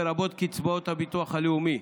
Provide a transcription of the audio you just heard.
לרבות קצבאות הביטוח הלאומי.